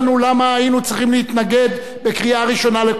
היינו צריכים להתנגד בקריאה ראשונה לחוק.